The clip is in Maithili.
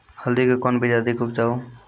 हल्दी के कौन बीज अधिक उपजाऊ?